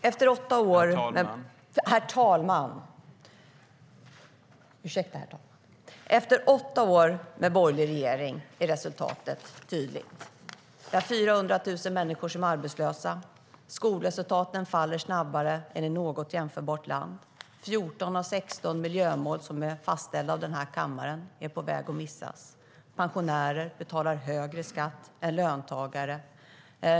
Herr talman! Efter åtta år med borgerlig regering är resultatet tydligt. Vi har 400 000 människor som är arbetslösa. Skolresultaten faller snabbare än i något jämförbart land. 14 av 16 miljömål fastställda av den här kammaren är på väg att missas. Pensionärer betalar högre skatt än löntagare.